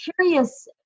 curious